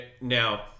now